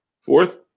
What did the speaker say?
fourth